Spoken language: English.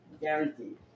Guaranteed